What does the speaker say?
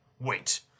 Wait